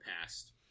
past